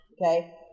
Okay